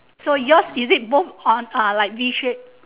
so yours is it both on are like V shape